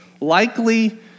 Likely